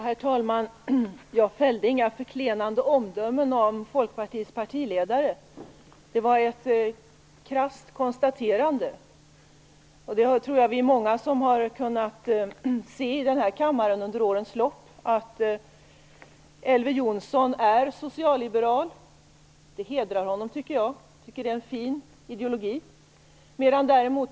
Herr talman! Jag fällde inga förklenande omdömen om folkpartiets partiledare. Det var ett krasst konstaterande. Vi är nog många som under årens lopp här i kammaren har kunnat se att Elver Jonsson är socialliberal. Det hedrar honom. Jag tycker att det är en fin ideologi.